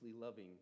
loving